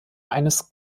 eines